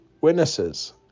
witnesses